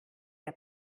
der